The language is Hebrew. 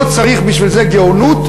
לא צריך בשביל זה גאונות,